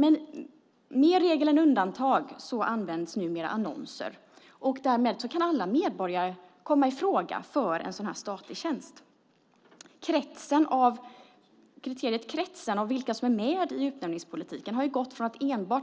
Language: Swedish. Men det är mer regel än undantag numera att använda annonser. Därmed kan alla medborgare komma i fråga för en sådan statlig tjänst. När det gäller den krets som är med i utnämningspolitiken har man